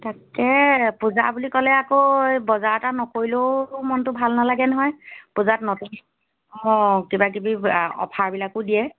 তাকে পূজা বুলি ক'লে আকৌ বজাৰ এটা নকৰিলেও মনটো ভাল নালাগে নহয় পূজাত নতুন অ কিবাকিবি আ অ'ফাৰবিলাকো দিয়ে